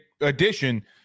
addition